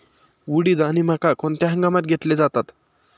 उडीद आणि मका कोणत्या हंगामात घेतले जातात?